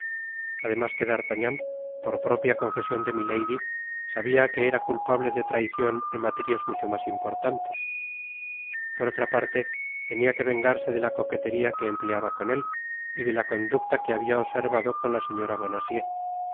además que d'artagnan por propia confesion de milady sabia que era culpable de traicion en materias mucho mas importantes por otra parte tenia que vengarse de la coqueteria que empleaba con él y de la conducta que habia observado con la señora